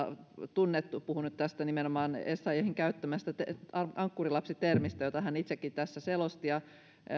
tunnettu puhun nyt nimenomaan tästä essayahin käyttämästä ankkurilapsi termistä jota hän itsekin tässä selosti ja